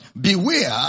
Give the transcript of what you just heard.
Beware